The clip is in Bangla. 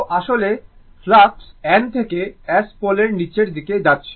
তো আসলে ফ্লাক্স N থেকে S পোলের নীচের দিকে যাচ্ছে